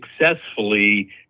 successfully